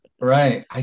Right